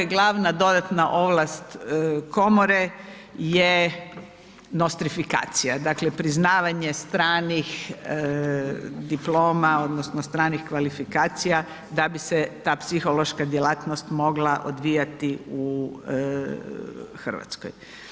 Glavna dodatna ovlast komore je nostrifikacija, dakle priznavanje stranih diploma odnosno stranih kvalifikacija da bi se ta psihološka djelatnost mogla odvijati u Hrvatskoj.